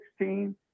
2016